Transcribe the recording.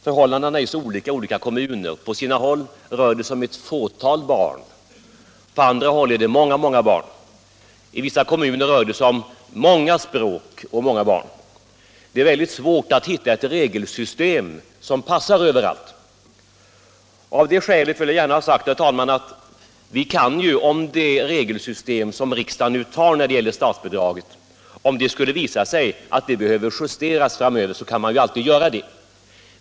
Förhållandena är så olika i olika kommuner, På sina håll rör det sig om ett fåtal barn, på andra håll är det många, många barn. I vissa kommuner är det fråga om både många språk och många barn. Det är väldigt svårt att hitta ett regelsystem som passar överallt. Av det skälet vill jag gärna säga, herr talman, att om det skulle visa sig att det regelsystem som riksdagen nu tar när det gäller statsbidraget behöver justeras framöver, så kan vi alltid göra det.